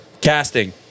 casting